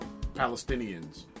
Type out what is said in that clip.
Palestinians